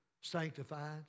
sanctified